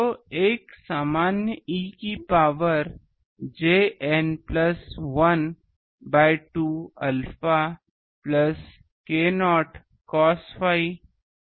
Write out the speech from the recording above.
तो एक सामान्य e की power j n plus 1 by 2 alpha plus k0 cos psi d लें